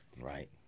right